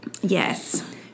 Yes